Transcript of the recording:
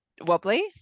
wobbly